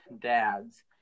dads